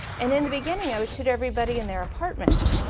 and in the beginning i would shoot everybody in their apartments.